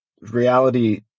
reality